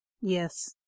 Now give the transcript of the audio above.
yes